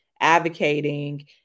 advocating